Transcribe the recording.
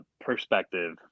perspective